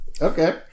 Okay